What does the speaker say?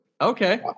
Okay